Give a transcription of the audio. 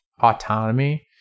autonomy